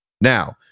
Now